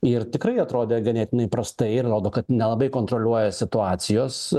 ir tikrai atrodė ganėtinai prastai ir rodo kad nelabai kontroliuoja situacijos